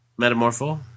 metamorpho